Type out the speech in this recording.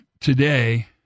today